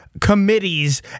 Committees